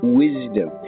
wisdom